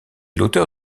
l’auteur